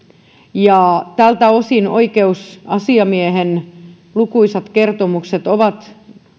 ja tältä osin oikeusasiamiehen lukuisat kertomukset ovat